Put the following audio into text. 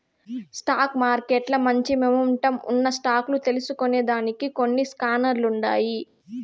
stock మార్కెట్ల మంచి momentum ఉన్న స్టాక్ లు తెల్సుకొనేదానికి కొన్ని స్కానర్లుండాయి